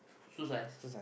shoe size